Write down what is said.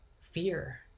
fear